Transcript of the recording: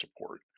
support